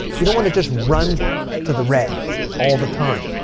you don't want to just run to the red all the time.